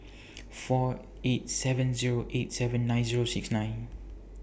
four eight seven Zero eight seven nine Zero six nine